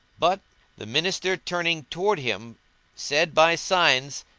but the minister turning towards him said by signs,